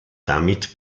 damit